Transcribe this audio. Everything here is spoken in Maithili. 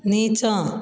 नीचाँ